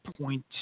point